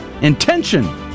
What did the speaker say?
intention